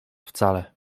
wcale